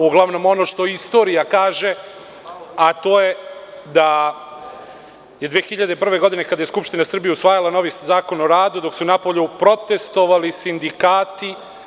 Uglavnom, ono što istorija kaže, a to je da je 2001. godine, kada je Skupština Srbije usvajala novi Zakon o radu dok su napolju protestvovali sindikati.